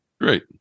Great